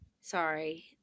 sorry